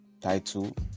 title